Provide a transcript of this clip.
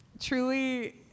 Truly